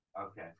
Okay